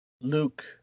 luke